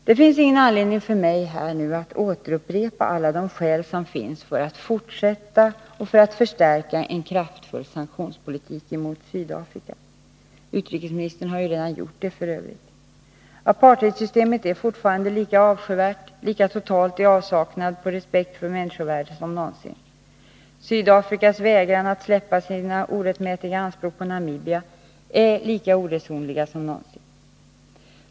Det finns ingen anledning för mig att upprepa alla de skäl som finns för att fortsätta och för att förstärka en kraftfull sanktionspolitik mot Sydafrika. Utrikesministern har ju f.ö. redan gjort det. Apartheidsystemet är fortfarande lika avskyvärt — lika totalt i avsaknad av respekt för människovärde som någonsin. Sydafrikas vägran att släppa sina orättmätiga anspråk på Namibia är lika oresonlig som någonsin.